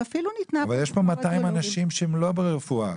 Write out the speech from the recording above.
ואפילו ניתנה --- אבל יש פה 200 אנשים שהם לא ברפואה,